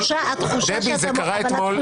דבי, זה קרה אתמול.